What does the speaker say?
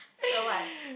you know what